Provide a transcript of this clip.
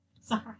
Sorry